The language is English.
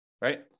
right